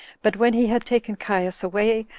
but when he had taken caius away,